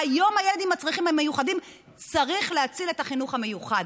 היום הילד עם הצרכים המיוחדים צריך להציל את החינוך המיוחד.